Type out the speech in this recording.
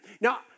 Now